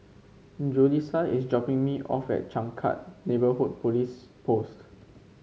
Julisa is dropping me off at Changkat Neighbourhood Police Post